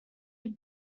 have